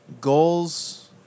goals